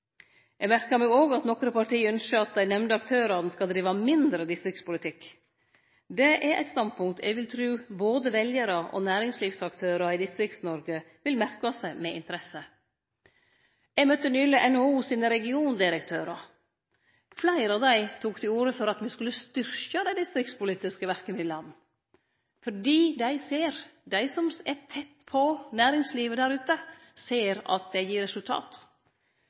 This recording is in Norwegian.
Eg merkar meg òg at nokre parti ynskjer at dei nemnde aktørane skal drive mindre distriktspolitikk. Det er eit standpunkt eg vil tru både veljarar og næringslivsaktørar i Distrikts-Noreg vil merke seg med interesse. Eg møtte nyleg NHOs regiondirektørar. Fleire av dei tok til orde for at me skulle styrkje dei distriktspolitiske verkemidla, fordi dei ser, dei som er tett på – næringslivet der ute – at det gir resultat.